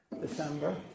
December